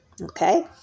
Okay